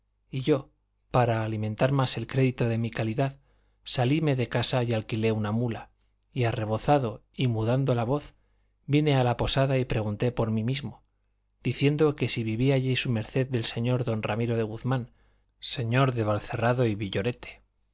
y yo para alimentar más el crédito de mi calidad salíme de casa y alquilé una mula y arrebozado y mudando la voz vine a la posada y pregunté por mí mismo diciendo si vivía allí su merced del señor don ramiro de guzmán señor del valcerrado y villorete